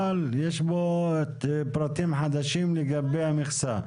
אבל יש בו פרטים חדשים לגבי המכסה.